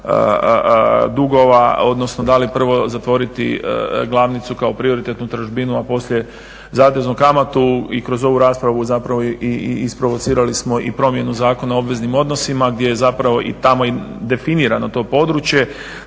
dugova, odnosno da li prvo zatvoriti glavnicu kao prioritetnu tražbinu, a poslije zateznu kamatu i kroz ovu raspravu zapravo isprovocirali smo i promjenu Zakona o obveznim odnosima gdje je zapravo tamo i definirano to područje,